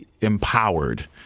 empowered